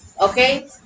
Okay